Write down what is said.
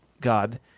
God